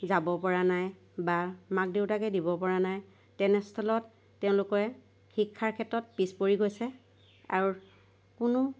যাব পৰা নাই বা মাক দেউতাকে দিব পৰা নাই তেনে স্থলত তেওঁলোকে শিক্ষাৰ ক্ষেত্ৰত পিছ পৰি গৈছে আৰু কোনো